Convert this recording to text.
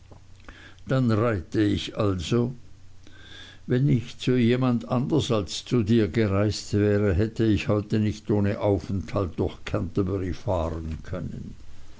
dann reite ich also wenn ich zu jemand anders als zu dir gereist wäre hätte ich heute nicht ohne aufenthalt durch canterbury fahren können